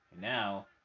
Now